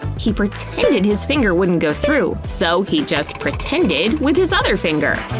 he pretended his finger wouldn't go through. so he just pretended with his other finger!